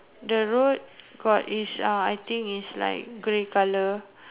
the road got is ah I think is like grey colour